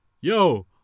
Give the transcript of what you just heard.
Yo